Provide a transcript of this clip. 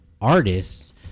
artists